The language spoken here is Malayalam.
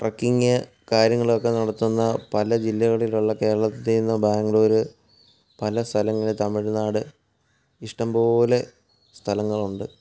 ട്രക്കിങ് കാര്യങ്ങളൊക്കെ നടത്തുന്ന പല ജില്ലകളിലുള്ള കേരളത്തിലെ ബാംഗ്ലൂർ പല സ്ഥലങ്ങൾ തമിഴ്നാട് ഇഷ്ടംപോലെ സ്ഥലങ്ങളുണ്ട്